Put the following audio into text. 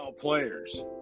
players